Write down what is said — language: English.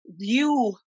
view